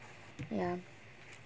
ya